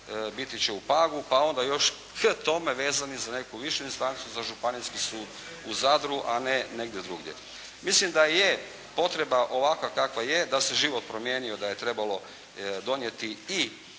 biti će u Pagu pa onda još k tome vezani za neku višu instancu, za Županijski sud u Zadru, a ne negdje drugdje. Mislim da je potreba ovakva kakva je, da se život promijenio, da je trebalo donijeti i